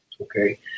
okay